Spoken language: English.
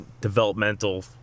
developmental